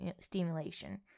stimulation